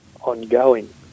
ongoing